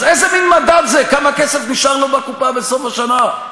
אז איזה מין מדד זה, כמה נשאר לו בקופה בסוף השנה?